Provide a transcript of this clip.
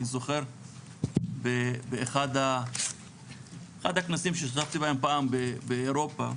אני זוכר באחד הכנסים שהשתתפתי בהם פעם באירופה,